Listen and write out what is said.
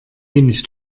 wenig